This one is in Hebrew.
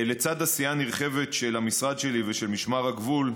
לצד עשייה נרחבת של המשרד שלי ושל משמר הגבול,